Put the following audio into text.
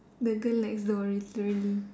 the girl next door literally